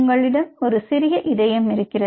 உங்களிடம் ஒரு சிறிய இதயம் இருக்கிறது